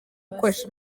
gukoresha